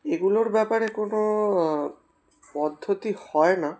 এগুলোর ব্যাপারে কোনো পদ্ধতি হয় না